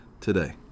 today